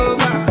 Over